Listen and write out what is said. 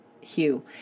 hue